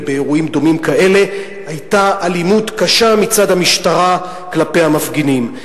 ובאירועים דומים כאלה היתה אלימות קשה מצד המשטרה כלפי המפגינים.